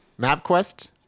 MapQuest